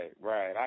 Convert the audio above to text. right